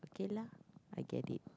okay lah I get it